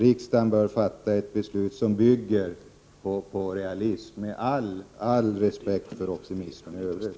Riksdagen bör fatta ett beslut som bygger på realism, med all respekt för optimism i övrigt.